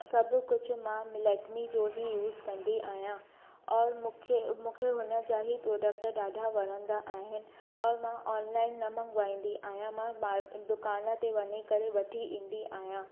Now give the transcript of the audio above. सभु कुझु मां लैक्मी जो ई यूज़ कंदी आहियां और मूंखे मूंखे हुन जा ई प्रोड्क्ट ॾाढा वणंदा आहिनि और मां ऑनलाइन न मंगवाईंदी आहियां मां बाहर दुकान ते वञी करे वठी ईंदी आहियां